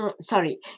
sorry